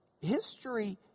history